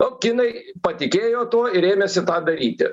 o kinai patikėjo tuo ir ėmėsi daryti